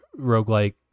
roguelike